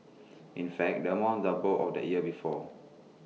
in fact the amount doubled of the year before